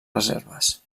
reserves